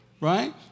right